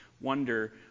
wonder